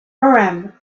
urim